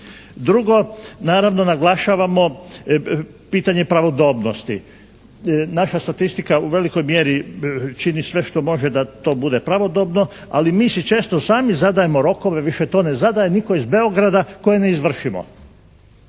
Drugo, naravno naglašavamo pitanje pravodobnosti. Naša statistika u velikoj mjeri čini sve što može da to bude pravodobno. Ali mi si često sami zadajemo rokove, više to ne zadaje nitko iz Beograda koje ne izvršimo,